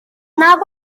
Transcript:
naw